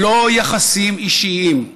לא יחסים אישיים,